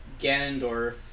Ganondorf